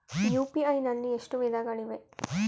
UPI ನಲ್ಲಿ ಎಷ್ಟು ವಿಧಗಳಿವೆ?